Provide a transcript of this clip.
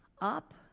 up